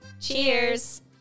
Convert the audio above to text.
Cheers